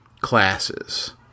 classes